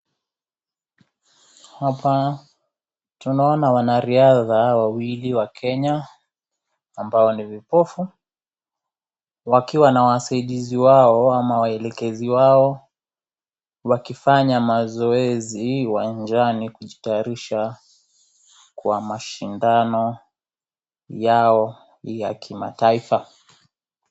Hapa tunaona wanariadha wawili wa Kenya , ambao ni vipofu , wakiwa na wasidizi wao ama waelekezi wao wakifanya mazoezi uwanjani kujitayarisha kwa mashindano yao ya kimataifa.